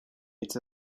hitz